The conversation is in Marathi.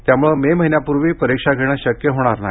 त्यामुळे मे महिन्यापूर्वी परिक्षा घेणं शक्य होणार नाही